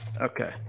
Okay